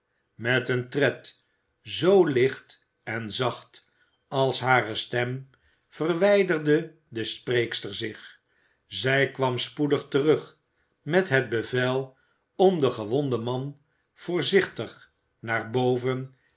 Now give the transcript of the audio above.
met een tred zoo licht en zacht als hare stem verwijderde de spreekster zich zij kwam spoedig terug met het bevel om den gewonden man voorzichtig naar boven